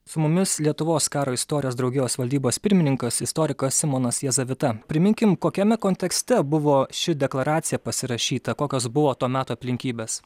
su mumis lietuvos karo istorijos draugijos valdybos pirmininkas istorikas simonas jazavita priminkim kokiame kontekste buvo ši deklaracija pasirašyta kokios buvo to meto aplinkybės